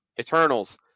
eternals